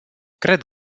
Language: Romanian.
cred